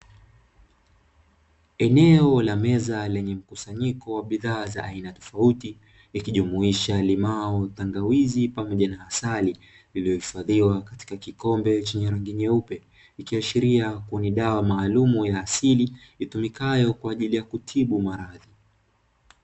Eneo la meza lenye mkusanyiko wa bidhaa za aina tofauti, ikijumuisha limao, tangawizi pamoja na asali iliyohifadhiwa katika kikombe, ikiashiria ni dawa maalumu ya asili itumikayo kwa ajili ya kutibu maradhi.